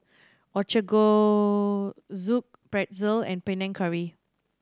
Ochazuke Pretzel and Panang Curry